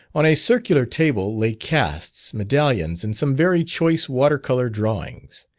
on a circular table lay casts, medallions, and some very choice water-colour drawings.